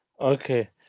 okay